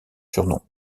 surnom